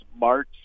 March